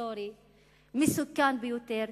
היסטורי מסוכן ביותר,